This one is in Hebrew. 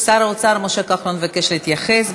שר האוצר משה כחלון ביקש להתייחס.